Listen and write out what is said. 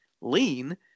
lean